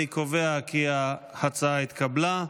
אני קובע כי ההצעה התקבלה.